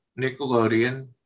Nickelodeon